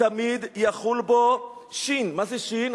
תמיד יחול בו שי"ן, מה זה שי"ן?